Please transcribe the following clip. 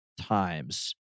times